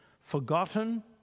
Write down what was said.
forgotten